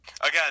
Again